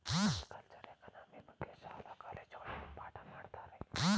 ಅಗ್ರಿಕಲ್ಚರೆ economy ಬಗ್ಗೆ ಶಾಲಾ ಕಾಲೇಜುಗಳಲ್ಲಿ ಪಾಠ ಮಾಡತ್ತರೆ